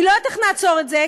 אני לא יודעת איך נעצור את זה,